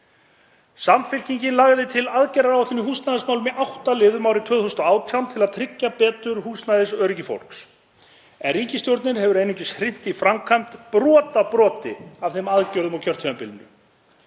Samfylkingin lagði til aðgerðaáætlun í húsnæðismálum í átta liðum árið 2018 til að tryggja betur húsnæðisöryggi fólks en ríkisstjórnin hefur einungis hrint í framkvæmd brotabroti af þeim aðgerðum á kjörtímabilinu.